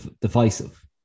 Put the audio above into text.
divisive